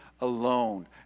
alone